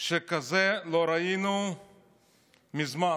שכזה לא ראינו מזמן.